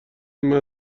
این